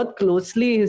closely